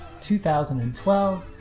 2012